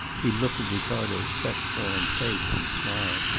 he looked at ricardo's crestfallen face and smiled.